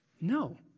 no